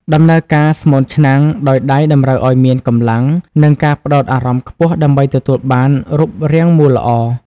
ដំណើរការ សូនឆ្នាំង ដោយដៃតម្រូវឱ្យមានកម្លាំង និងការផ្តោតអារម្មណ៍ខ្ពស់ដើម្បីទទួលបានរូបរាងមូលល្អ។